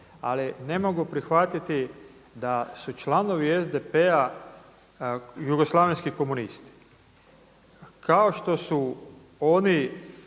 Ali ne mogu prihvatiti da su članovi SDP-a jugoslavenski komunisti. Kao što su oni